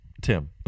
Tim